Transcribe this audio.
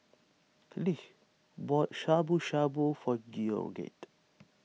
Leigh bought Shabu Shabu for Georgette